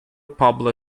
pablo